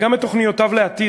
וגם את תוכניותיו לעתיד,